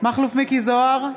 מכלוף מיקי זוהר,